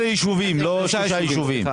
יישובים, לא 3 יישובים.